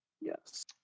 yes